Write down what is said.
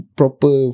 proper